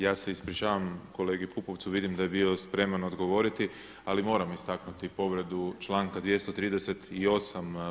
Ja se ispričavam kolegi Pupovcu, vidim da je bio spreman odgovoriti ali moram istaknuti povredu članka 238.